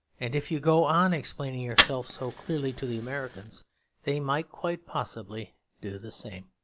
and if you go on explaining yourself so clearly to the americans they may quite possibly do the same.